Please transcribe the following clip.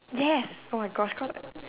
yes oh my gosh cause